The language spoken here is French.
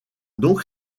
donc